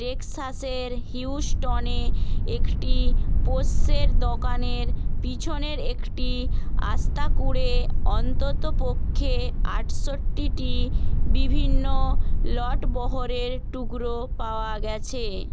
টেক্সাসের হিউস্টনে একটি পোষ্যের দোকানের পিছনের একটি আস্তাকুঁড়ে অন্ততপক্ষে আটষট্টিটি বিভিন্ন লটবহরের টুকরো পাওয়া গেছে